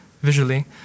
visually